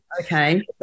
Okay